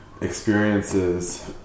experiences